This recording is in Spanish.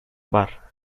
bar